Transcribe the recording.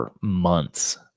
months